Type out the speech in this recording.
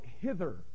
hither